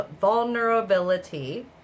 vulnerability